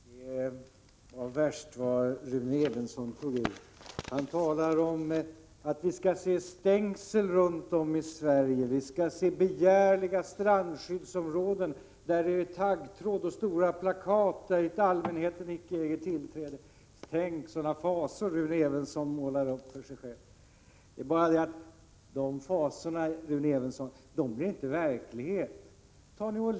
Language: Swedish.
Herr talman! Det var värst vad Rune Evensson tog i. Han talar om att vi skall se stängsel runt om i Sverige, vi skall se begärliga strandskyddsområden där det är taggtråd och stora plakat på vilka det står att allmänheten icke äger tillträde. Tänk, sådana fasor Rune Evensson målar upp! Det är bara det, Rune Evensson, att de fasorna inte blir verklighet.